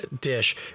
dish